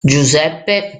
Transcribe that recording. giuseppe